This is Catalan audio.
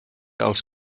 els